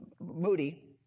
Moody